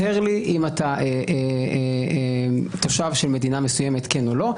הצהר לי אם אתה תושב של מדינה מסוימת - כן או לא.